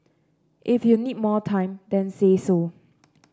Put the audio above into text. if you need more time then say so